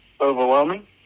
overwhelming